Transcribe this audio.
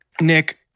Nick